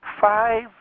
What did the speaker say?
five